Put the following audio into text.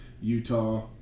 Utah